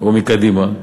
או מקדימה,